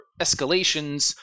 escalations